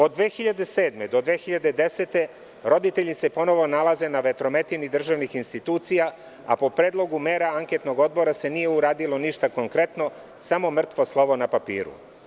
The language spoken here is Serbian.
Od 2007. do 2010. roditelji se ponovo nalaze na vetrometini državnih institucija, a po predlogu mera Anketnog odbora se nije uradilo ništa konkretno, samo mrtvo slovo na papiru.